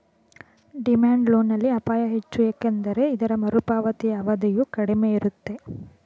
demand loan ನಲ್ಲಿ ಅಪಾಯ ಹೆಚ್ಚು ಏಕೆಂದರೆ ಇದರ ಮರುಪಾವತಿಯ ಅವಧಿಯು ಕಡಿಮೆ ಇರುತ್ತೆ